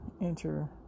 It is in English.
enter